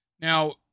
Now